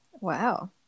Wow